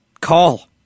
call